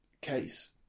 case